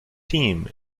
team